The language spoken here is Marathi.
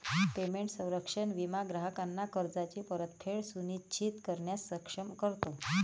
पेमेंट संरक्षण विमा ग्राहकांना कर्जाची परतफेड सुनिश्चित करण्यास सक्षम करतो